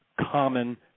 common